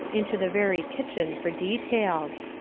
into the very kitchen for details.